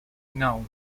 known